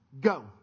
go